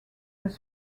was